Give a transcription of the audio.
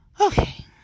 Okay